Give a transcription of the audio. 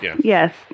Yes